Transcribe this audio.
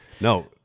No